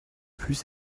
plus